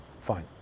fine